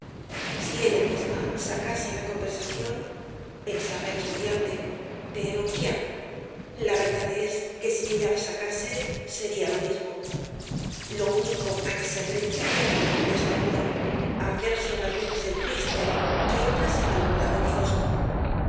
si ella misma sacase la conversación pensaba el estudiante pero quiá la verdad es que si ella la sacase sería lo mismo lo único á que se atrevía era á la protesta muda á hacerse unas veces el triste y otras el malhumorado y fosco